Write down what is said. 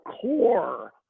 core